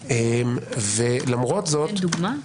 היו- -- דוגמה?